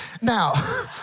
Now